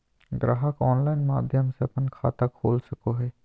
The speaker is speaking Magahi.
ग्राहक ऑनलाइन माध्यम से अपन खाता खोल सको हइ